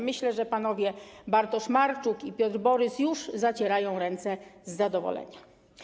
Myślę, że panowie Bartosz Marczuk i Paweł Borys już zacierają ręce z zadowolenia.